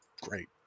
great